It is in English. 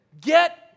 Get